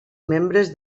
membres